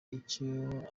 icyo